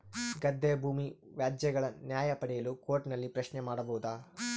ಗದ್ದೆ ಭೂಮಿ ವ್ಯಾಜ್ಯಗಳ ನ್ಯಾಯ ಪಡೆಯಲು ಕೋರ್ಟ್ ನಲ್ಲಿ ಪ್ರಶ್ನೆ ಮಾಡಬಹುದಾ?